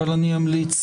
אבל אני אמליץ